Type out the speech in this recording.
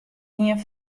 ien